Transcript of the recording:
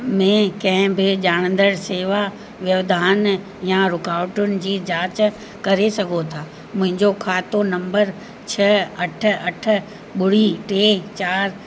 में कंहिं बि ॼाणंदड़ शेवा व्याव्धान यां रुकावटुनि जी जाच करे सघो था मुंहिंजो खातो नम्बर छह अठ अठ ॿुड़ी ते चारि